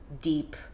deep